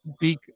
big